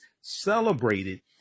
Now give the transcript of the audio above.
celebrated